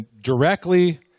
directly